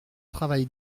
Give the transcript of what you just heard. travail